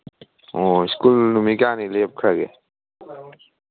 ꯑꯣ ꯁ꯭ꯀꯨꯜ ꯅꯨꯃꯤꯠ ꯀꯌꯥꯅꯤ ꯂꯦꯞꯈ꯭ꯔꯒꯦ